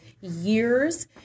years